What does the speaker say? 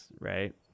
right